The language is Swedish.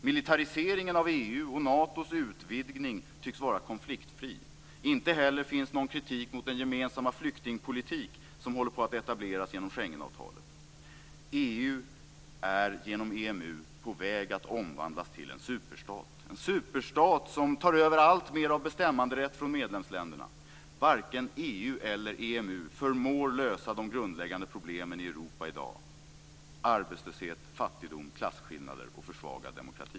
Militariseringen av EU och Natos utvidgning tycks vara konfliktfria, och inte heller finns någon kritik mot den gemensamma flyktingpolitik som håller på att etableras genom EU är genom EMU på väg att omvandlas till en superstat, som tar över alltmer av bestämmanderätt från medlemsländerna. Varken EU eller EMU förmår lösa de grundläggande problemen i Europa i dag - arbetslöshet, fattigdom, klasskillnader och försvagad demokrati.